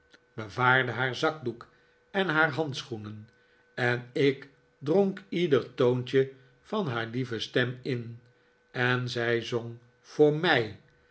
bewaarde haar zakdoek en haar handschoenen en i k dronk ieder toontje van haar lieve stem in en zij zong voor mij